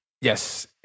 Yes